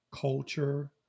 culture